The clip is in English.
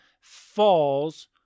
falls